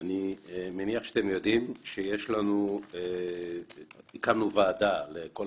אני מניח שאתם יודעים שהקמנו ועדה לכל